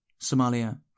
Somalia